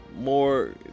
more